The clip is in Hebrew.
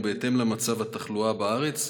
ובהמשך למצב התחלואה בארץ,